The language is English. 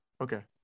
Okay